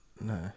No